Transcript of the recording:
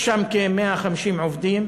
יש שם כ-150 עובדים,